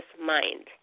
mind